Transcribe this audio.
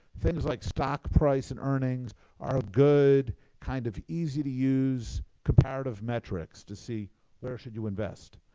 things like stock price and earnings are a good kind of easy to use comparative metrics to see where should you invest.